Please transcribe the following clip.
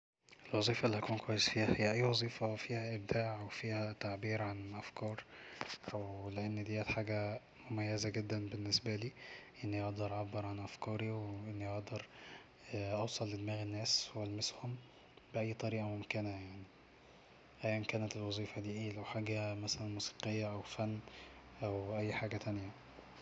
الوظيفة اللي هكون كويس فيها هي اي وظيفة فيها ابداع وفيها تعبير عن أفكار او لأن ديت حاجة مميزة جدا بالنسبالي اني اقدر اعبر عن أفكاري واني اقدر اوصل لدماغ الناس وألمسهم بأي طريقة ممكنه يعني ايا كانت الوظيفة دي اي لو حاجة مثلا موسيقية أو فن أو أي حاجة تانية